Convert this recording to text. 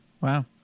Wow